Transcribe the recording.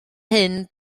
hyn